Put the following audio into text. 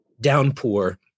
downpour